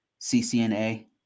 CCNA